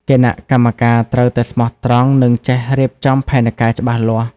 គណៈកម្មការត្រូវតែស្មោះត្រង់និងចេះរៀបចំផែនការច្បាស់លាស់។